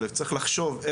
אבל צריך לחשוב,